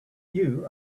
you